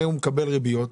הרי הוא מקבל ריביות,